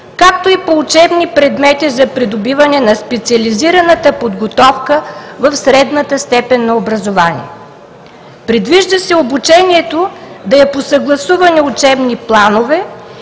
както и по учебни предмети за придобиване на специализираната подготовка в средната степен на образование. Предвижда се обучението да е по съгласувани учебни планове